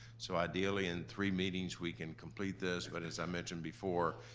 so ideally in three meetings, we can complete this. but as i mentioned before,